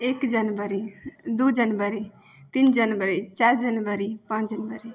एक जनवरी दुइ जनवरी तीन जनवरी चारि जनवरी पाँच जनवरी